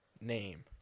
name